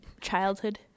childhood